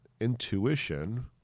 intuition